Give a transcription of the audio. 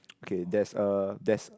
okay there's a desk